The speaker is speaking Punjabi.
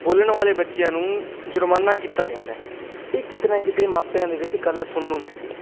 ਬੋਲਣ ਵਾਲੇ ਬੱਚਿਆਂ ਨੂੰ ਜ਼ੁਰਮਾਨਾ ਕੀਤਾ ਜਾਂਦਾ ਹੈ ਇਹ ਕਿਤੇ ਨਾ ਕਿਤੇ ਮਾਪਿਆਂ ਦੇ ਵਿੱਚ ਗੱਲ ਸੁਣਨ ਨੂੰ ਮਿਲਦੀ ਹੈ